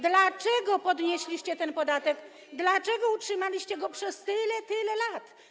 Dlaczego podnieśliście ten podatek, dlaczego utrzymaliście go przez tyle lat?